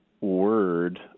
word